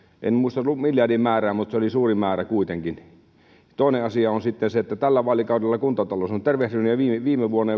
en muista miljardimäärää mutta se oli suuri määrä kuitenkin toinen asia on sitten se että tällä vaalikaudella kuntatalous on tervehtynyt ja viime vuonna